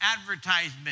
advertisement